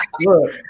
look